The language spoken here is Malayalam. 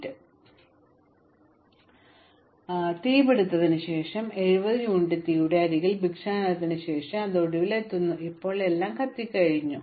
3 പക്ഷേ നിങ്ങളുടെ തീപ്പൊള്ളലേ അവശേഷിക്കുന്നുള്ളൂ 4 മാത്രമേ ഉണ്ടായിരുന്നുള്ളൂ ആ സമയത്ത് അത് 86 ആണ് അതായത് തീപിടിത്തത്തിന് ശേഷം 70 യൂണിറ്റ് തീയുടെ അരികിലെ ഭിക്ഷാടനത്തിന് ശേഷം അത് ഒടുവിൽ എത്തുന്നു ഇപ്പോൾ എല്ലാം കത്തിക്കഴിഞ്ഞു